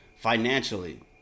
Financially